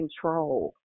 control